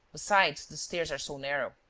besides, the stairs are so narrow.